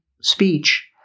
speech